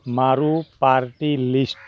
મારું party list